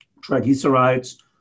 triglycerides